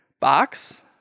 box